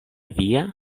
via